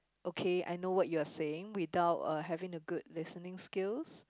okay I know what you're saying without uh having a good listening skills